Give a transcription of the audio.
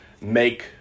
make